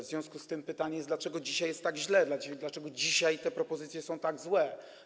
W związku z tym pytanie brzmi, dlaczego dzisiaj jest tak źle, dlaczego dzisiaj te propozycje są tak złe.